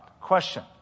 Question